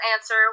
answer